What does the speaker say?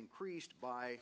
increased by